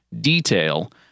detail